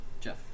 Jeff